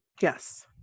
Yes